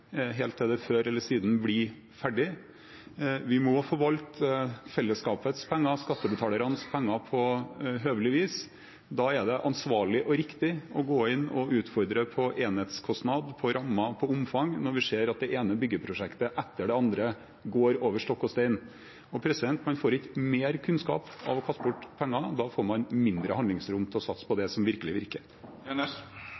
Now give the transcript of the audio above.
helt til det før eller siden blir ferdig. Vi må forvalte fellesskapets penger, skattebetalernes penger, på høvelig vis. Da er det ansvarlig og riktig å gå inn og utfordre på enhetskostnad, på rammer og på omfang – når vi ser at det ene byggeprosjekter etter det andre går over stokk og stein. Man får ikke mer kunnskap av å kaste bort pengene, da får man mindre handlingsrom til å satse på